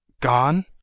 Gone